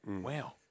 Wow